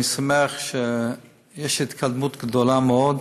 אני שמח שיש התקדמות גדולה מאוד,